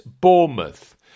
Bournemouth